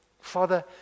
Father